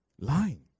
Lying